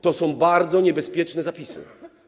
To są bardzo niebezpieczne zapisy.